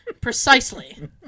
Precisely